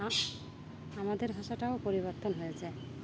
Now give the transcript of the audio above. আমাদের ভাষাটাও পরিবর্তন হয়ে যায়